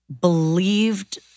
believed